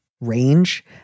range